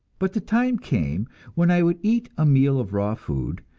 but the time came when i would eat a meal of raw food,